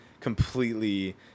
completely